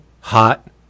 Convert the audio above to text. hot